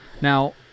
Now